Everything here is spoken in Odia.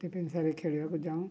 ଟିଫିନ୍ ସାରି ଖେଳିବାକୁ ଯାଉଁ